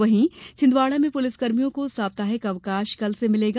वहीं छिंदवाड़ा में पुलिसकर्मियों को साप्ताहिक अवकाश कल से मिलेगा